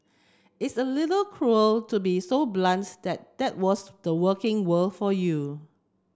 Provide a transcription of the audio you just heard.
it's a little cruel to be so blunt that that was the working world for you